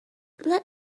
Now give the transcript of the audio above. let